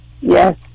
Yes